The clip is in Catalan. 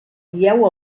dieu